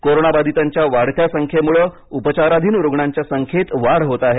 कोरोनाबाधिताच्या वाढत्या संख्येमुळे उपचाराधीन रुग्णांच्या संख्येत वाढ होत आहे